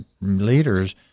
leaders